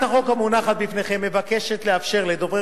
אדוני